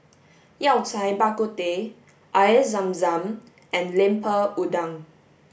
Yao Cai Bak Kut Teh Air Zam Zam and Lemper Udang